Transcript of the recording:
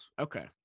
Okay